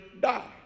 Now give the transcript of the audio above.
die